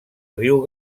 riu